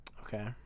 Okay